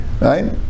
Right